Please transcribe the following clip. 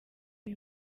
ibi